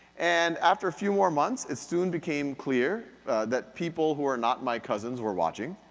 and after a few more months it soon became clear that people who are not my cousins were watching.